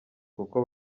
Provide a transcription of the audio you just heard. kuko